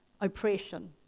oppression